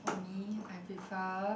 for me I prefer